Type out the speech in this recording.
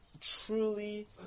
truly